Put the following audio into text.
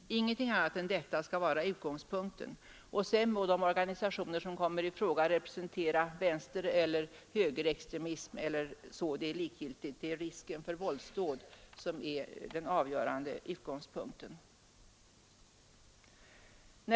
Ingenting annat än detta skall vara utgångspunkten, och sedan må de organisationer som kommer i fråga representera vänstereller högerextremism eller någonting annat — det är likgiltigt. Det är risken för politiska våldsdåd som är den avgörande utgångspunkten.